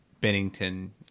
Bennington